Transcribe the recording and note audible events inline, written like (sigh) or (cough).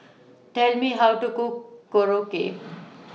Tell Me How to Cook Korokke (noise)